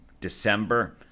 December